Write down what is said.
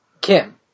Kim